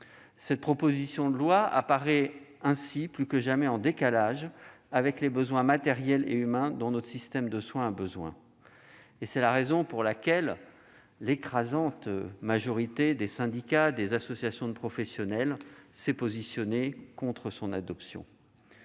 Cette proposition de loi apparaît plus que jamais en décalage avec les besoins matériels et humains dont notre système de soins a besoin. C'est la raison pour laquelle l'écrasante majorité des syndicats et des associations de professionnels de santé s'est positionnée contre son adoption.